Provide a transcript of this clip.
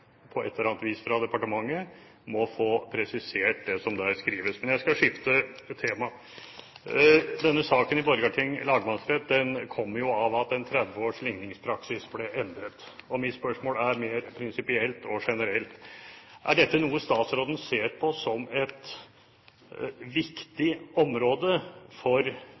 på et eller annet vis må få presisert fra departementet hva som der skrives. Men jeg skal skifte tema. Denne saken i Borgarting lagmannsrett kom av at en 30 års ligningspraksis ble endret. Mitt spørsmål er mer prinsipielt og generelt: Er dette noe statsråden ser på som et viktig område for